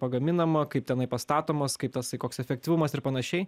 pagaminama kaip tenai pastatomas kaip tasai koks efektyvumas ir panašiai